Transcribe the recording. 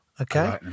Okay